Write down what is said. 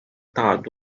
大都